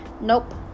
nope